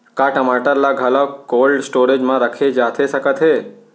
का टमाटर ला घलव कोल्ड स्टोरेज मा रखे जाथे सकत हे?